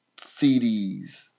CDs